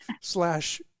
slash